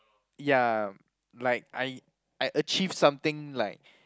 ya like I I achieve something like